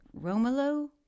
Romolo